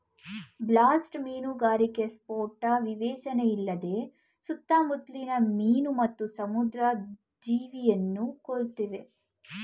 blast ಮೀನುಗಾರಿಕೆ ಸ್ಫೋಟ ವಿವೇಚನೆಯಿಲ್ಲದೆ ಸುತ್ತಮುತ್ಲಿನ ಮೀನು ಮತ್ತು ಸಮುದ್ರ ಜೀವಿಯನ್ನು ಕೊಲ್ತವೆ